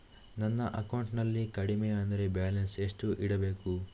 ನನ್ನ ಅಕೌಂಟಿನಲ್ಲಿ ಕಡಿಮೆ ಅಂದ್ರೆ ಬ್ಯಾಲೆನ್ಸ್ ಎಷ್ಟು ಇಡಬೇಕು?